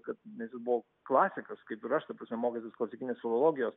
kad nes jis buvo klasikas kaip ir aš ta prasme mokęsis klasikinės filologijos